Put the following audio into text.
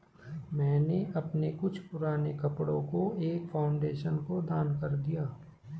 मैंने अपने कुछ पुराने कपड़ो को एक फाउंडेशन को दान कर दिया